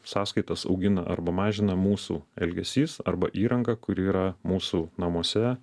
sąskaitas augina arba mažina mūsų elgesys arba įranga kuri yra mūsų namuose